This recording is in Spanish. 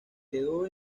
quedó